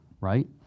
right